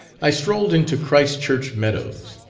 i strolled into christ church meadows,